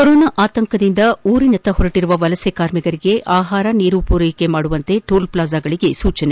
corona ಆತಂಕದಿಂದ ಊರಿನತ್ತ ಹೊರಟರುವ ವಲಸೆ ಕಾರ್ಮಿಕರಿಗೆ ಆಹಾರ ನೀರು ಪೂರೈಸುವಂತೆ ಟೋಲ್ಪ್ಲಾಜಾಗಳಿಗೆ ಸೂಚನೆ